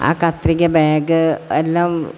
ആ കത്രിക ബാഗ് എല്ലാം